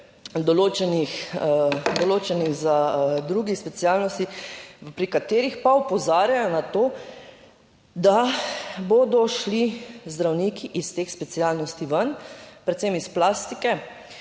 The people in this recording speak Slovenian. določenih drugih specialnosti, pri katerih pa opozarjajo na to, da bodo šli zdravniki iz teh specialnosti ven, predvsem iz plastike,